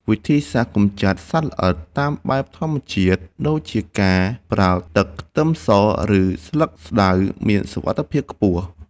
វិធីសាស្ត្រកម្ចាត់សត្វល្អិតតាមបែបធម្មជាតិដូចជាការប្រើទឹកខ្ទឹមស ឬស្លឹកស្តៅមានសុវត្ថិភាពខ្ពស់។